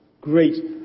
great